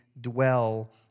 dwell